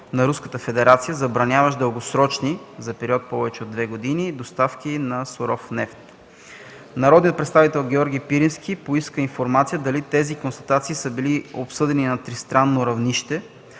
забраняващ дългосрочни (за период повече от две години) доставки на суров нефт. Народният представител Георги Пирински поиска информация дали тези констатации са били обсъдени на тристранно равнище,